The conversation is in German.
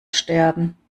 sterben